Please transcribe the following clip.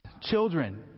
children